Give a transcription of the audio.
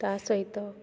ତା ସହିତ